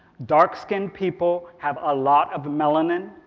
dark skin people have a lot of melanin,